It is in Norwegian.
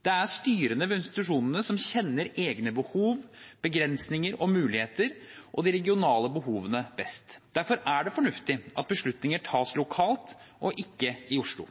Det er styrene ved institusjonene som kjenner egne behov, begrensninger og muligheter og de regionale behovene best. Derfor er det fornuftig at beslutninger tas lokalt og ikke i Oslo.